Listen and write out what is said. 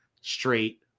straight